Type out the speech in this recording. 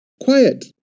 Quiet